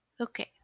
okay